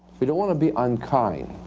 we don't want to be unkind,